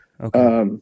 okay